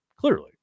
clearly